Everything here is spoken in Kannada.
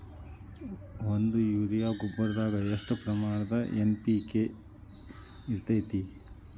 ಒಂದು ಯೂರಿಯಾ ಗೊಬ್ಬರದಾಗ್ ಎಷ್ಟ ಪ್ರಮಾಣ ಎನ್.ಪಿ.ಕೆ ಇರತೇತಿ?